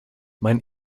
mein